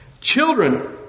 Children